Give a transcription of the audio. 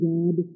God